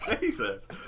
Jesus